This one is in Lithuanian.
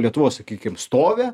lietuvos sakykim stovi